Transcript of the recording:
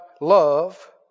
love